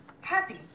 happy